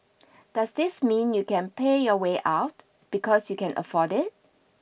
does this mean you can pay your way out because you can afford it